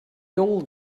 all